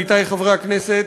עמיתי חברי הכנסת,